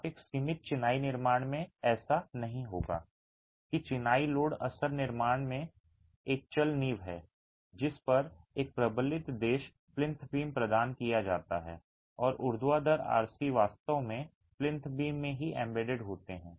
आप एक सीमित चिनाई निर्माण में ऐसा नहीं होगा कि चिनाई लोड असर निर्माण एक चल नींव है जिस पर एक प्रबलित देश प्लिंथ बीम प्रदान किया जाता है और ऊर्ध्वाधर आरसी तत्व वास्तव में प्लिंथ बीम में ही एम्बेडेड होते हैं